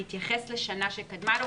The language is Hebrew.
בהתייחס לשנה שקדמה לו.